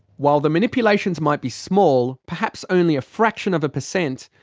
while the manipulations might be small, perhaps only a fraction of a percent,